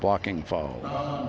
blocking follow u